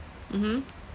mmhmm